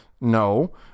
No